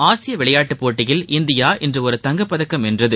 ஆசியவிளையாட்டுப் போட்டியில் இந்தியா இன்றுஒரு தங்கப்பதக்கம் வென்றது